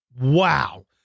Wow